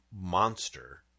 monster